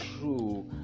true